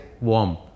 warm